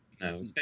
No